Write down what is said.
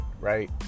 right